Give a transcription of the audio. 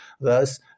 thus